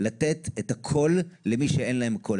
לתת את הקול למי שאין להם קול.